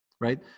Right